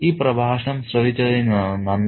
ഈ പ്രഭാഷണം ശ്രവിച്ചതിന് നന്ദി